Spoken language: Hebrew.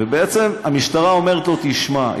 ובעצם המשטרה אומרת לו: תשמע,